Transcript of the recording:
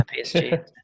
PSG